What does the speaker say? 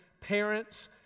parents